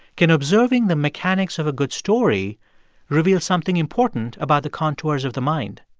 can observing the mechanics of a good story reveal something important about the contours of the mind?